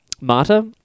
Marta